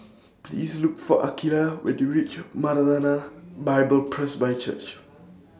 Please Look For Akeelah when YOU REACH Maranatha Bible Presby Church